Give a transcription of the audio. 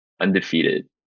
undefeated